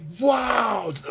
Wow